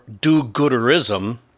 do-gooderism